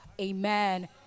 amen